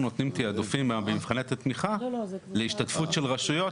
אנחנו נותנים תיעדופים ממבחנת התמיכה להשתתפות של רשויות,